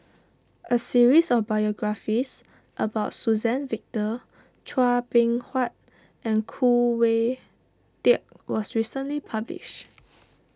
a series of biographies about Suzann Victor Chua Beng Huat and Khoo Oon Teik was recently published